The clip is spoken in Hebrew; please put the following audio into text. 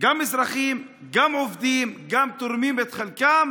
גם אזרחים, גם עובדים, גם תורמים את חלקם